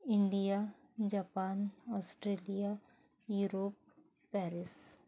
India Japan Australia Europe Paris